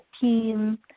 team